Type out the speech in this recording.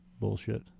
bullshit